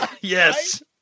Yes